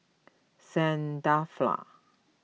Saint Dalfour